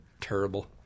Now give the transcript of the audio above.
Terrible